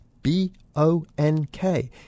B-O-N-K